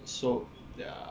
so their